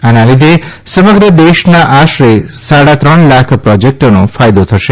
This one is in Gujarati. આના લીધે સમગ્ર દેશના આશરે સાડા ત્રણ લાખ પ્રોજેક્ટોને ફાયદો થશે